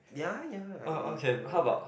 ya ya he'll like